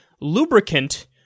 lubricant